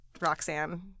Roxanne